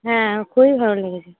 হ্যাঁ খুবই ভালো লেগেছে